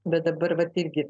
bet dabar vat irgi